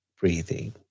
breathing